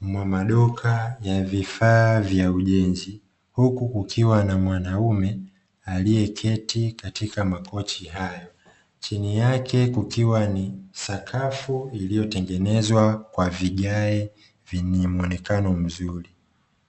mwa maduka ya vifaa vya ujenzi, huku kukiwa na mwanaume aliyeketi katika makochi haya, chini yake kukiwa ni sakafu iliyotengenezwa kwa vigae vyenye mwonekano mzuri.